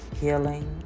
healing